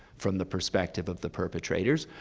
from the perspective of the perpetrators,